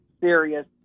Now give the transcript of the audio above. serious